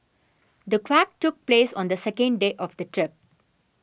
the quake took place on the second day of the trip